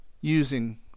using